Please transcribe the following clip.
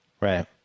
Right